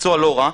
מקצוע לא רע,